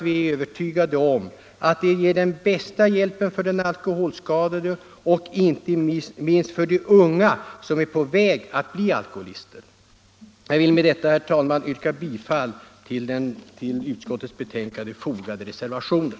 Vi är övertygade om att den ger den bästa hjälpen för de alkoholskadade och inte minst för de unga som är på väg att bli alkoholister. Jag vill med detta yrka bifall till den vid utskottets betänkande fogade reservationen.